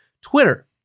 Twitter